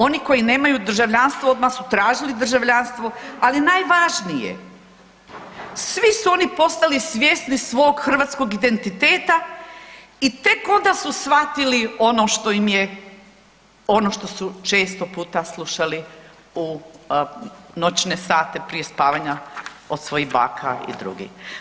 Oni koji nemaju državljanstvo, odmah su tražili državljanstvo ali najvažnije, svi su oni postali svjesni svog hrvatskog identiteta i tek onda su shvatili ono što im je, ono što su često puta slušali u noćne sate prije spavanja od svojih baka i drugih.